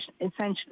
essentially